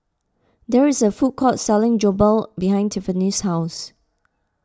there is a food court selling Jokbal behind Tiffany's house